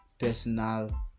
personal